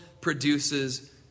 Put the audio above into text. produces